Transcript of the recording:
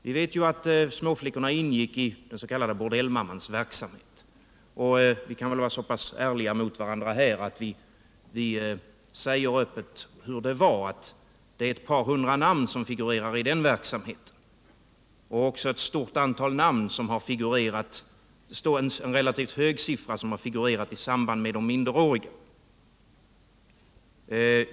Vi vet att småflickorna ingick i den s.k. bordell mammans verksamhet, och vi kan väl vara så ärliga mot varandra att vi öppet säger hur det var. Eu par hundra namn figurerade i den verksamheten, och ett relativt stort antal namn förekom i samband med de minderåriga.